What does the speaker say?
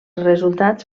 resultats